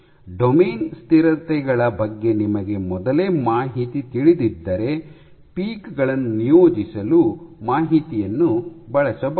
domain ಸ್ಥಿರತೆಗಳ ಬಗ್ಗೆ ನಿಮಗೆ ಮೊದಲೇ ಮಾಹಿತಿ ತಿಳಿದಿದ್ದರೆ ಪೀಕ್ ಗಳನ್ನು ನಿಯೋಜಿಸಲು ಮಾಹಿತಿಯನ್ನು ಬಳಸಬಹುದು